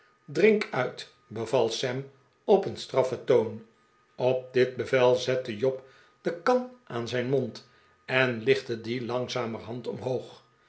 drink uit beval sam op een straff en toon op dit bevel zette job de kan aan zijn mond en lichtte die langzamerhand omhoog